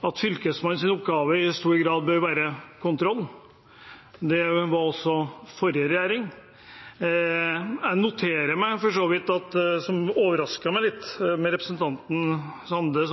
var også forrige regjering. Jeg noterte meg noe som overrasket meg litt: Representanten Erling Sande